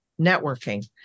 networking